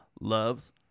loves